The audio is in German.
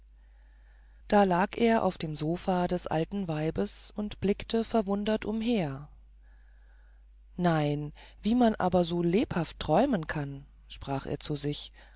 da lag er auf dem sofa des alten weibes und blickte verwundert umher nein wie man aber so lebhaft träumen kann sprach er zu sich